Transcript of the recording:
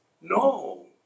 no